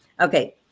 Okay